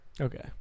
Okay